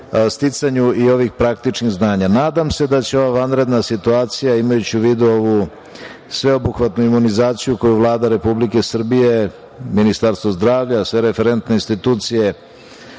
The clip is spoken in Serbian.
sticanju i ovih praktičnih znanja. Nadam se da će ova vanredna situacija, a imajući u vidu i ovu imunizaciju, sveobuhvatnu, koju Vlada Republike Srbije, Ministarstvo zdravlja, sve referntne institucije